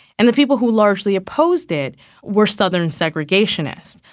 and the people who largely opposed it were southern segregationists.